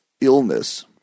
illness